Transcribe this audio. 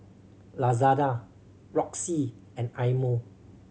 Lazada Roxy and Eye Mo